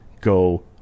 go